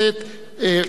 כן,